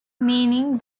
meaning